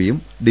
പിയും ഡി